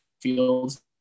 Fields